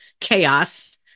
chaos